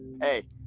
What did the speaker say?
Hey